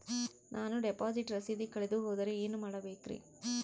ನಾನು ಡಿಪಾಸಿಟ್ ರಸೇದಿ ಕಳೆದುಹೋದರೆ ಏನು ಮಾಡಬೇಕ್ರಿ?